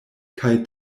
kaj